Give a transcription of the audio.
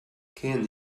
can